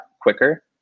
quicker